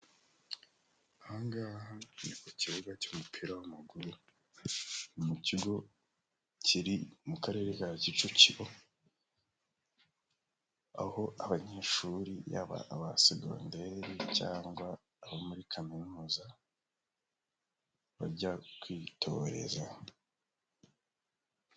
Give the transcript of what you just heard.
Ahangaha ni ku kibuga cy'umupira w'amaguru mu kigo kiri mu karere ka kicukiro aho abanyeshuri yaba aba segonderi cyangwa abo muri kaminuza bajya kwitoreza.